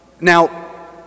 Now